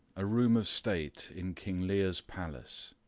a room of state in king lear's palace.